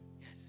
Yes